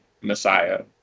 messiah